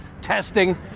testing